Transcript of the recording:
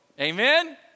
Amen